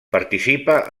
participa